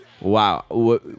Wow